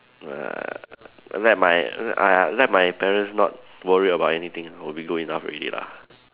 uh let my err uh let my parents not worry about anything will be good enough already lah